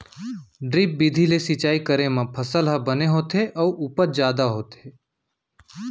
drip बिधि ले सिंचई करे म फसल ह बने होथे अउ उपज जादा होथे